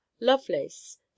lovelace